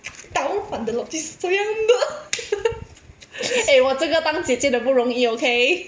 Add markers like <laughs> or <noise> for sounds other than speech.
倒反的 logic 是这样的 <laughs> eh 我这个当姐姐的不容易 okay